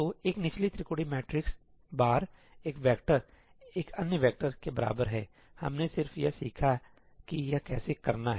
तो एक निचली त्रिकोणीय मैट्रिक्स बार एक वेक्टर एक अन्य वेक्टर के बराबर है हमने सिर्फ यह सीखा कि यह कैसे करना है